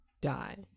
die